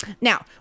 Now